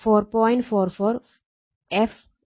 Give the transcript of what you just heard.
44 f ∅m N2 വോൾട്ടാണ്